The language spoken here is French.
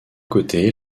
côté